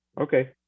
okay